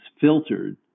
filtered